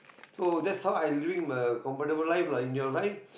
so that's how I living uh a comfortable life lah in your life